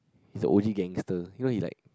he is the O G gangster you know he like